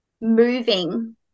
moving